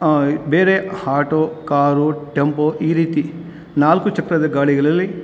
ಬೇರೆ auto car tempo ಈ ರೀತಿ ನಾಲ್ಕು ಚಕ್ರದ ಗಾಡಿಗಳಲ್ಲಿ